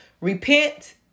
repent